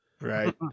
Right